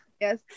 Yes